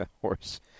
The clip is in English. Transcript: horse